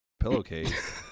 pillowcase